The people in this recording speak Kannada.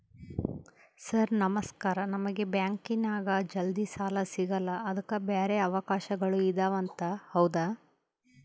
ಸರ್ ನಮಸ್ಕಾರ ನಮಗೆ ಬ್ಯಾಂಕಿನ್ಯಾಗ ಜಲ್ದಿ ಸಾಲ ಸಿಗಲ್ಲ ಅದಕ್ಕ ಬ್ಯಾರೆ ಅವಕಾಶಗಳು ಇದವಂತ ಹೌದಾ?